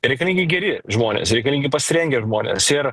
reikalingi geri žmonės reikalingi pasirengę žmonės ir